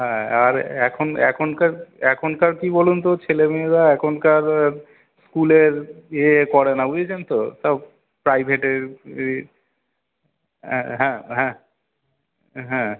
হ্যাঁ আর এখন এখনকার এখনকার কী বলুন তো ছেলে মেয়েরা এখনকার স্কুলের ইয়ে করে না বুঝেছেন তো সব প্রাইভেটের এই অ্যাঁ হ্যাঁ হ্যাঁ হ্যাঁ হ্যাঁ